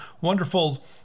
wonderful